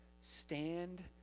stand